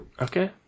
Okay